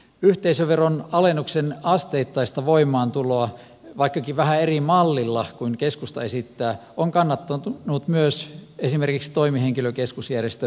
yhteisöveron alennuksen asteittaista voimaantuloa vaikkakin vähän eri mallilla kuin keskusta esittää on kannattanut myös esimerkiksi toimihenkilökeskusjärjestö sttk